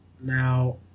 Now